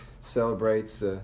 celebrates